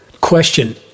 Question